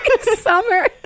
summer